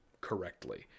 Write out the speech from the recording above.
correctly